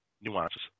nuances